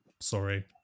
Sorry